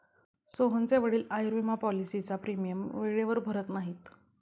सोहनचे वडील आयुर्विमा पॉलिसीचा प्रीमियम वेळेवर भरत नाहीत